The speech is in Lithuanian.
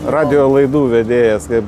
radijo laidų vedėjas kaip